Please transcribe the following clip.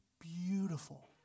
beautiful